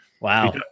Wow